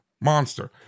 Monster